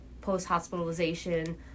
post-hospitalization